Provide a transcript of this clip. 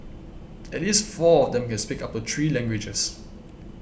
at least four of them can speak up to three languages